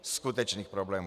Skutečných problémů.